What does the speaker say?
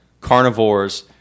carnivores